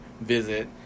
visit